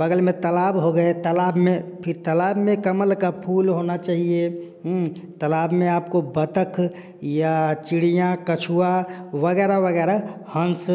बगल में तालाब हो गए तालाब में फिर तालाब में कमल का फूल होना चाहिए तालाब में आपको बत्तख या चिड़िया कछुआ वगैरह वगैरह हंस